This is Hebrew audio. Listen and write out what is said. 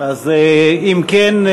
אם כן,